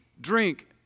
drink